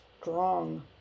strong